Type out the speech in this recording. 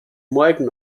morgen